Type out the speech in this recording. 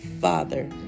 Father